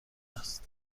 است